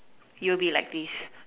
you will be like this